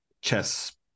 chess